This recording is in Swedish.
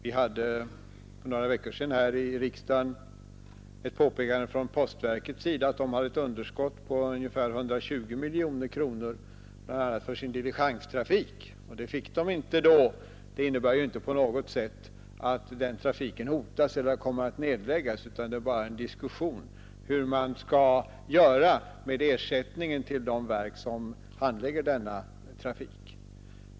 Vi hade för några veckor sedan här i riksdagen ett påpekande från postverkets sida att man hade ett underskott på ungefär 120 miljoner kronor bl.a. för sin diligenstrafik. Man fick ingen ersättning då. Det innebär inte på något sätt att den trafiken hotas eller att den kommer att nedläggas. Det är bara fråga om en diskussion hur man skall göra med ersättningen till de verk som handlägger denna trafik.